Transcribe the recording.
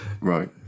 Right